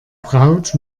braut